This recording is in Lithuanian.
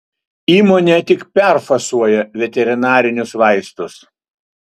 įmonė tik perfasuoja veterinarinius vaistus